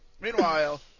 Meanwhile